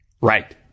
Right